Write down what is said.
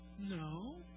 No